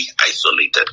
isolated